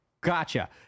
gotcha